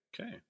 okay